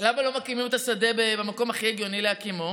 למה לא מקימים את השדה במקום שהכי הגיוני להקימו?